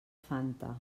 fanta